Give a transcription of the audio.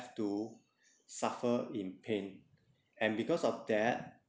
to suffer in pain and because of that